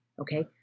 okay